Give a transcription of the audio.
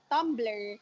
Tumblr